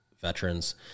veterans